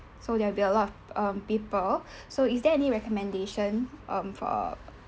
so there'll be a lot um people so is there any recommendation um for